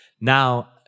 Now